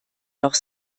noch